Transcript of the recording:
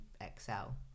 excel